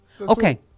Okay